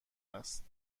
است